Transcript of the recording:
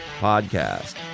Podcast